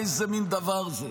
איזה מין דבר זה?